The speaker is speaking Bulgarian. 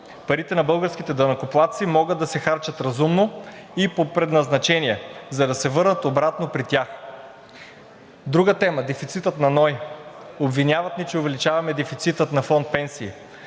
Парите на българските данъкоплатци могат да се харчат разумно и по предназначение, за да се върнат обратно при тях. Друга тема – дефицитът на НОИ. Обвиняват ни, че увеличаваме дефицита на Фонд „Пенсии“,